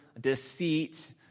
deceit